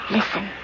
Listen